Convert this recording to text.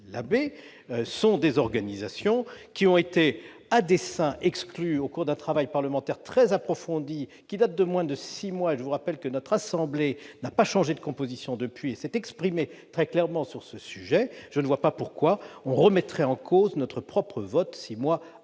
Labbé, sont des organisations qui ont été, à dessein, exclues au cours d'un travail parlementaire très approfondi qui date de moins de six mois. Je rappelle que notre assemblée n'a pas changé de composition depuis et s'est exprimée très clairement sur ce sujet. Je ne vois pas pourquoi on remettrait en cause notre propre vote six mois après.